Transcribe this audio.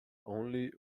only